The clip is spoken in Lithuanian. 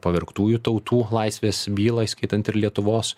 pavergtųjų tautų laisvės bylą įskaitant ir lietuvos